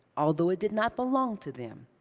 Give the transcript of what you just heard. although it did not belong to them.